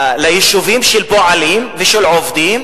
ליישובים של פועלים ושל עובדים,